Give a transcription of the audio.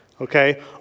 okay